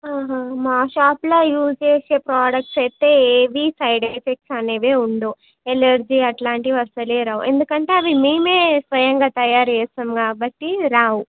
మా షాప్లో యూజ్ చేసే ప్రొడక్ట్స్ అయితే ఏవి సైడ్ ఎఫెక్ట్స్ అనేవే ఉండవు ఎలర్జీ అట్లాంటివి అస్సలే రావు ఎందుకంటే అవి మీమే స్వయంగా తాయారు చేస్తాం కాబట్టి రావు